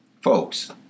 Folks